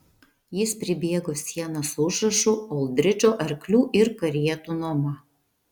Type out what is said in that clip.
jis pribėgo sieną su užrašu oldridžo arklių ir karietų nuoma